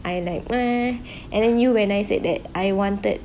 I like and I knew when I said that I wanted